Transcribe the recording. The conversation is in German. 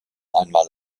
einmal